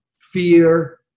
Fear